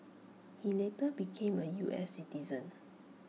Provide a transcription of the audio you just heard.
he later became A U S citizen